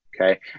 Okay